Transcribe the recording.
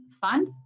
fun